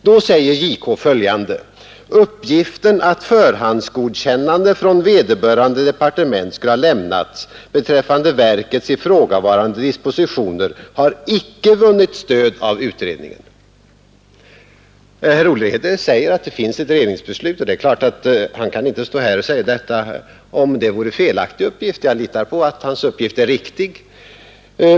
JK säger följande: ”Uppgiften att förhandsgodkännande från vederbörande departement skulle ha lämnats beträffande verkets ifrågavarande dispositioner har icke vunnit stöd av utredningen.” Herr Olhede säger att det finns ett regeringsbeslut, och det är klart att han inte kan stå här och säga detta, om det vore en felaktig uppgift. Jag litar på att hans uppgift är riktig.